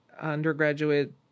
undergraduate